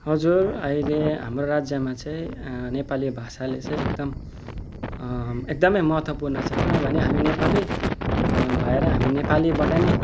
हजुर अहिले हाम्रो राज्यमा चाहिँ नेपाली भाषाले चाहिँ एकदम एकदमै महत्त्वपूर्ण छ किनभने हामी नेपाली भएर हामी नेपालीबाट नै